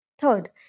Third